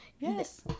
Yes